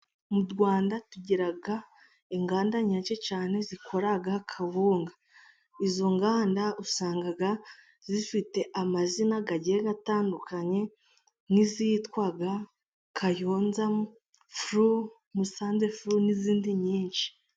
Mu rwanda tugira inganda nyinshi cyane zikora kawunga. Izo nganda usanga zifite amazina agiye atandukanye nk'izitwa Kayonza furu, Musanze furu, n'izindi nyinshi.